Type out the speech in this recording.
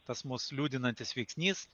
tas mus liūdinantis veiksnys